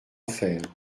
faire